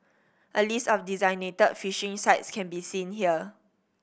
a list of designated fishing sites can be seen here